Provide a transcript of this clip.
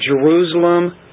Jerusalem